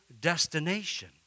destination